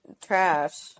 trash